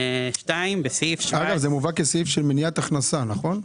אגב, זה מובא כסעיף של מניעת הכנסה, נכון?